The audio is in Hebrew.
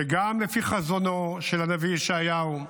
שגם לפי חזונו של הנביא ישעיהו,